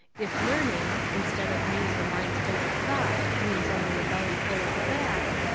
if learning, instead of meaning a mind full of thought, means only a bellyful of fact,